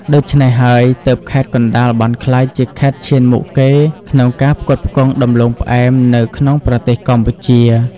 ដូច្នេះហើយ ទើបខេត្តកណ្ដាលបានក្លាយជាខេត្តឈានមុខគេក្នុងការផ្គត់ផ្គង់ដំឡូងផ្អែមនៅក្នុងប្រទេសកម្ពុជា។